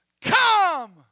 come